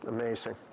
Amazing